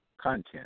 content